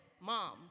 Mom